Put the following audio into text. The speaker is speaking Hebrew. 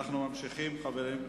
אנחנו ממשיכים, חברים: